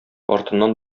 артыннан